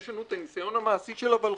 יש לנו את הניסיון המעשי של הוולחו"ף,